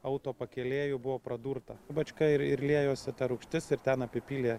autopakelėju buvo pradurta bačka ir ir liejosi ta rūgštis ir ten apipylė